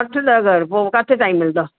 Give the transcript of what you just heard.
अठ ॾह घर पोइ किथे टाइम मिलदो